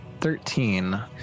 Thirteen